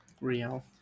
Real